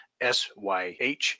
SYH